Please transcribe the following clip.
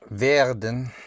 werden